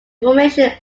formation